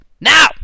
Now